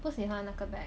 不喜欢那个 bag